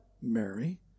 Mary